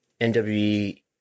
NWE